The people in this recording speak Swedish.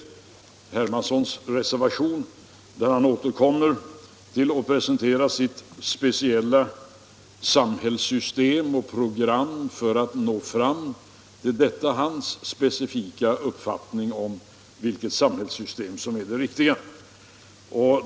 Herr Hermansson återkommer i sin reservation till att presentera sitt speciella samhällssystem och ett program för att nå fram till det samhällssystem som enligt hans specifika uppfattning är det riktiga.